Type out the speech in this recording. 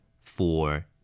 four